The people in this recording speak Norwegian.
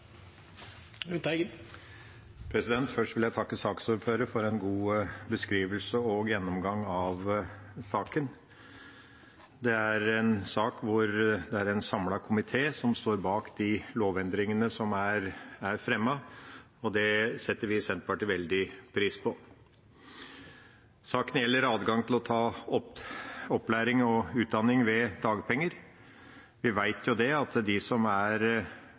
Først vil jeg takke saksordføreren for en god beskrivelse og gjennomgang av saken. Dette er en sak hvor det er en samlet komité som står bak de lovendringene som er fremmet, og det setter vi i Senterpartiet veldig pris på. Saken gjelder adgang til å ta opplæring og utdanning med dagpenger. Vi vet at blant dem som er permittert eller blir ledige, er